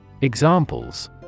Examples